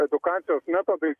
edukacijos metodais